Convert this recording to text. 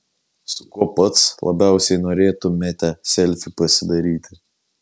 su kuo pats labiausiai norėtumėte selfį pasidaryti